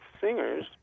singers